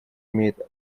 имеет